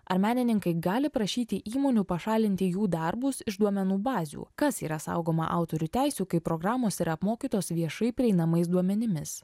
ar menininkai gali prašyti įmonių pašalinti jų darbus iš duomenų bazių kas yra saugoma autorių teisių kai programos yra apmokytos viešai prieinamais duomenimis